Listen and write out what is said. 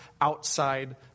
outside